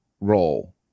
role